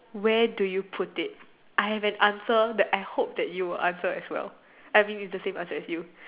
where do you put it I have an answer that I hope that you will answer as well I mean it's the same answer as you